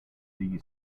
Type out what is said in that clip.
the